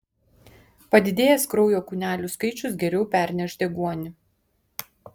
padidėjęs kraujo kūnelių skaičius geriau perneš deguonį